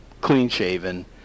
clean-shaven